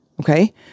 Okay